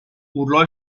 urlò